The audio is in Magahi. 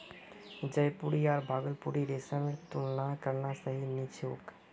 जयपुरी आर भागलपुरी रेशमेर तुलना करना सही नी छोक